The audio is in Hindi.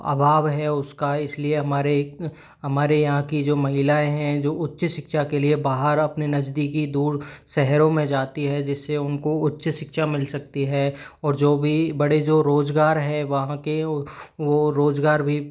अभाव है उसका इसलिए हमारे हमारे यहाँ की जो महिलाए हैं जो उच्च शिक्षा के लिए बाहर अपने नजदीकी दूर शहरों में जाती है जिससे उनको उच्च शिक्षा मिल सकती है और जो भी बड़े जो रोजगार है वहाँ के वो वो रोजगार भी